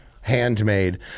handmade